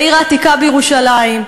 בעיר העתיקה בירושלים,